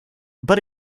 but